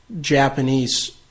Japanese